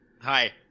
Hi